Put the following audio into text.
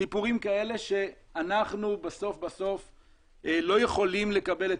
סיפורים כאלה שאנחנו בסוף לא יכולים לקבל את